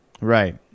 Right